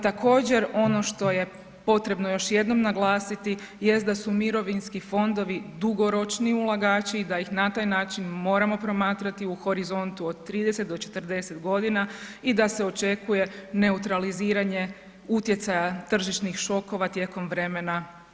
Također ono što je potrebno još jednom naglasiti jest da su mirovinski fondovi dugoročni ulagači i da ih na taj način moramo promatrati u horizontu od 30 do 40 godina i da se očekuje neutraliziranje utjecaja tržišnih šokova tijekom vremena.